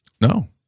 No